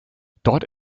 dort